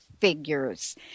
figures